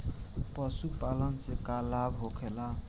पशुपालन से का लाभ होखेला?